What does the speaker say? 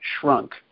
shrunk